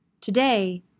Today